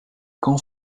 qu’en